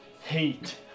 hate